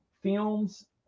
films